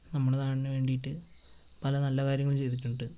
നമ്മളെ നാടിനു വേണ്ടിയിട്ട് പല നല്ലകാര്യങ്ങളും ചെയ്തിട്ടുണ്ട്